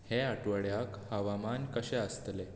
हे आठवड्याक हवामान कशें आसतलें